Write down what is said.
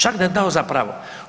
Čak da je dao za pravo.